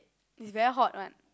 it's very hot one